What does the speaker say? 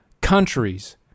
countries